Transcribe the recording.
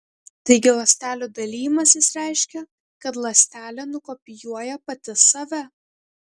taigi ląstelių dalijimasis reiškia kad ląstelė nukopijuoja pati save